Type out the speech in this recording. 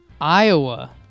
Iowa